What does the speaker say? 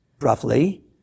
roughly